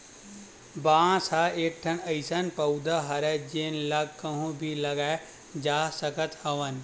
बांस ह एकठन अइसन पउधा हरय जेन ल कहूँ भी लगाए जा सकत हवन